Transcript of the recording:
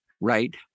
right